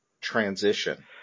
transition